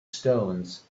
stones